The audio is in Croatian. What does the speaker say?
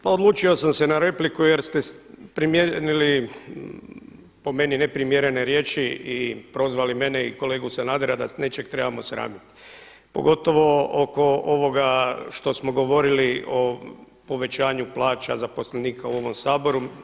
Pa odlučio sam se na repliku jer ste primijenili po meni neprimjerene riječi i prozvali mene i kolegu Sanadera da se nečega trebamo sramiti pogotovo oko ovoga što smo govorili o povećanju plaća zaposlenika u ovom Saboru.